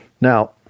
Now